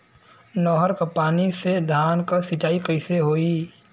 नहर क पानी से धान क सिंचाई कईसे होई?